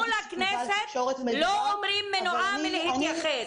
מול הכנסת לא אומרים מנועה מלהתייחס.